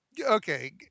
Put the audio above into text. Okay